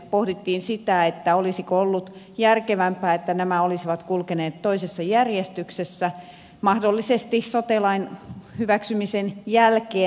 pohdittiin sitä olisiko ollut järkevämpää että nämä olisivat kulkeneet toisessa järjestyksessä mahdollisesti sote lain hyväksymisen jälkeen